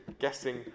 Guessing